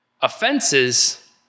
Offenses